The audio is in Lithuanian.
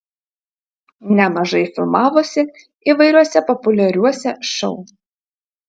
nemažai filmavosi įvairiuose populiariuose šou